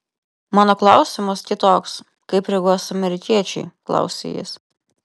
mano klausimas kitoks kaip reaguos amerikiečiai klausia jis